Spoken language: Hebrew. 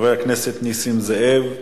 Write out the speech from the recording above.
חבר הכנסת נסים זאב,